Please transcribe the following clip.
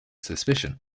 suspicion